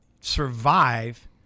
survive